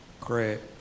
Correct